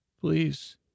Please